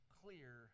clear